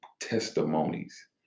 testimonies